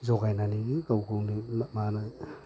जगायनानै गाव गावनो माबानानै संनानै